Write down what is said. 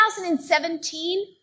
2017